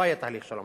לא היה תהליך שלום,